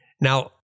Now